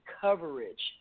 coverage